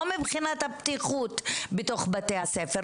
לא מבחינת הבטיחות בתוך בתי הספר,